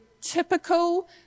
typical